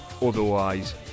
Otherwise